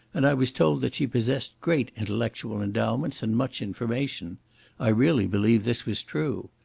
and i was told that she possessed great intellectual endowments, and much information i really believe this was true.